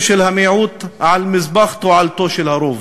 של המיעוט על מזבח תועלתו של הרוב.